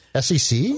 SEC